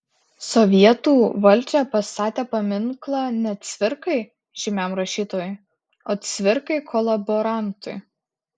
sovietų valdžia pastatė paminklą ne cvirkai žymiam rašytojui o cvirkai kolaborantui